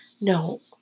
No